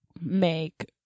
make